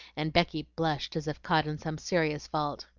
and becky blushed as if caught in some serious fault.